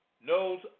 knows